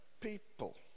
people